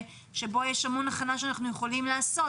שבו יש המון הכנה שאנחנו יכולים לעשות,